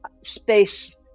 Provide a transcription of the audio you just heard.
space